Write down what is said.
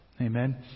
Amen